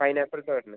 pineapple തോരൻ